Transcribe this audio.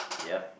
yup